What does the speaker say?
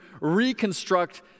reconstruct